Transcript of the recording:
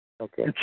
Okay